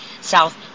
South